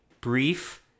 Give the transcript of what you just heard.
brief